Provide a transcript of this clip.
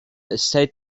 estate